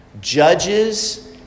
judges